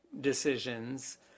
decisions